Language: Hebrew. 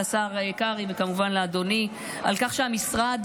לשר קרעי וכמובן לאדוני על כך שהמשרד